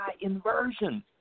inversion